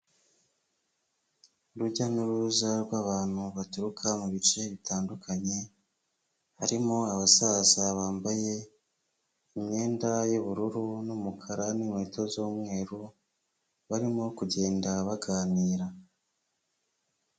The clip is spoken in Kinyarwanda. Urujya n'uruza rw'abantu baturuka mu bice bitandukanye harimo abasaza bambaye imyenda y'ubururu n'umukara n'inkweto z'umweru barimo kugenda baganira.